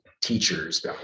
teachers